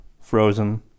Frozen